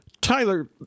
Tyler